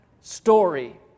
story